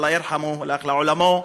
אללה ירחמו, הלך לעולמו.